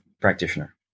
practitioner